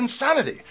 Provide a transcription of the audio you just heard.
insanity